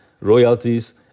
royalties